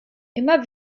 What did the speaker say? immer